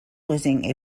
losing